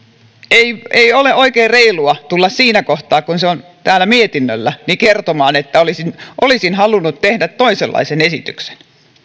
ei ei ole oikein reilua tulla siinä kohtaa kun se on täällä mietinnöllä kertomaan että olisin halunnut tehdä toisenlaisen esityksen